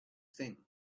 thing